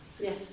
Yes